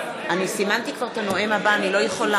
נסגרה ההצבעה.